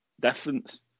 difference